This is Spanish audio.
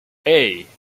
hey